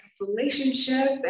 relationship